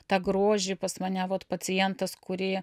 tą grožį pas mane vat pacientas kurį